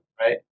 Right